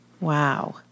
Wow